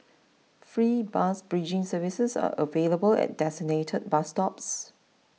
free bus bridging services are available at designated bus stops